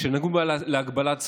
שנגעו להגבלת זכויות.